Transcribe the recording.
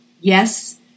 yes